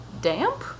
damp